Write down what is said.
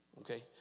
okay